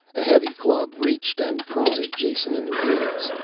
a heavy club reached and prodded jason in the ribs,